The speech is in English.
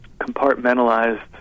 compartmentalized